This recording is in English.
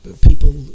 people